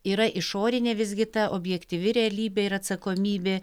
yra išorinė visgi ta objektyvi realybė ir atsakomybė